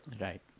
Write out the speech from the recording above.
Right